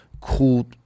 Cool